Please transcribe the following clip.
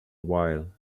while